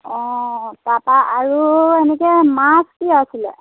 অঁ তাৰপৰা আৰু এনেকৈ মাছ কি আছিলে